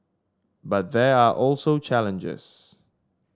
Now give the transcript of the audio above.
but there are also challenges